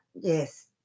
yes